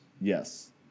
Yes